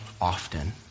often